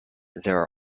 there